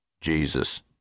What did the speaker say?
Jesus